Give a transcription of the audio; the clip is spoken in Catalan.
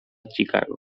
chicago